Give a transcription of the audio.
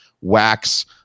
wax